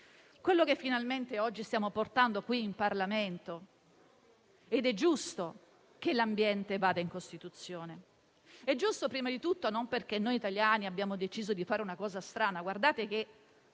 quello che finalmente oggi stiamo portando qui in Parlamento, cioè che l'ambiente vada in Costituzione. È giusto prima di tutto perché noi italiani abbiamo deciso di fare una cosa che